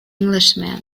englishman